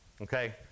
okay